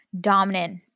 dominant